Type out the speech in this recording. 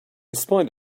spite